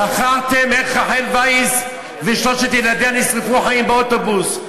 שכחתם איך רחל וייס ושלושת ילדיה נשרפו חיים באוטובוס,